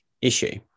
issue